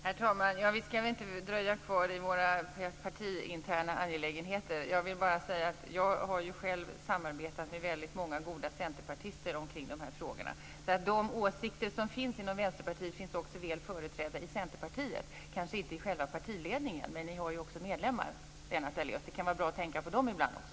Herr talman! Vi ska väl inte dröja kvar i våra interna partiangelägenheter. Jag vill bara säga att jag själv har samarbetat med väldigt många goda centerpartister kring dessa frågor. De åsikter som finns i Vänsterpartiet finns också väl företrädda i Centerpartiet, kanske inte i själva partiledningen, men ni har ju också medlemmar, Lennart Daléus. Det kan vara bra att tänka på dem ibland också.